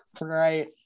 Right